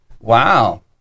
Wow